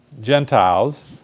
Gentiles